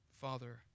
Father